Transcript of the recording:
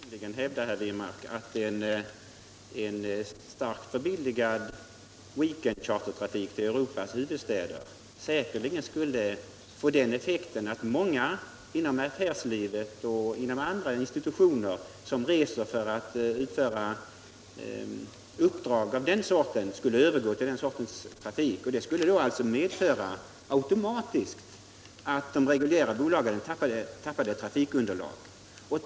Herr talman! Vi kan hävda, herr Wirmark, att en starkt förbilligad weekendchartertrafik till Europas huvudstäder säkerligen skulle få den effekten att många människor inom affärslivet och vid institutioner vilka reser för att utföra uppdrag skulle övergå till den sortens trafikflyg. Det skulle då automatiskt medföra att de reguljära bolagen tappade trafikunderlag.